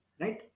right